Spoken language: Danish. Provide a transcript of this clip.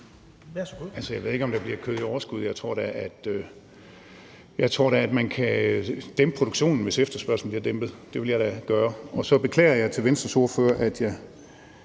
Jeg ved ikke, om der bliver kød i overskud. Jeg tror da, at man kan dæmpe produktionen, hvis efterspørgslen bliver dæmpet. Det ville jeg da gøre. Og så beklager jeg over for Venstres ordfører, at jeg